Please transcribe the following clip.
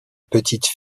petite